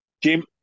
Jim